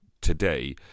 today